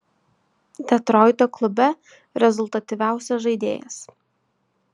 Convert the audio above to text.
detroito klube rezultatyviausias žaidėjas